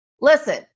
Listen